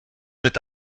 mit